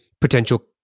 potential